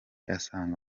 asanga